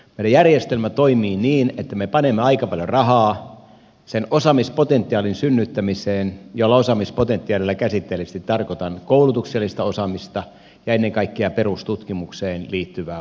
meidän järjestelmämme toimii niin että me panemme aika paljon rahaa sen osaamispotentiaalin synnyttämiseen jolla osaamispotentiaalilla käsitteellisesti tarkoitan koulutuksellista osaamista ja ennen kaikkea perustutkimukseen liittyvää osaamista